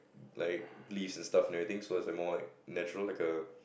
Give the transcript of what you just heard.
like leaves and stuff and everything so it's like more like natural like a